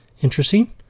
Interesting